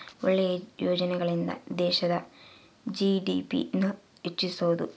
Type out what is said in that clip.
ಒಳ್ಳೆ ಯೋಜನೆಗಳಿಂದ ದೇಶದ ಜಿ.ಡಿ.ಪಿ ನ ಹೆಚ್ಚಿಸ್ಬೋದು